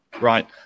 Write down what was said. right